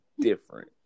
different